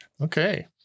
Okay